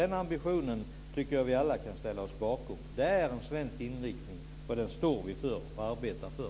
Den ambitionen tycker jag att vi alla kan ställa oss bakom. Det är en svensk inriktning och den står vi för och arbetar för.